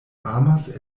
amas